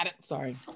Sorry